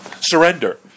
Surrender